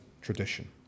tradition